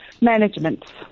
management